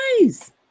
nice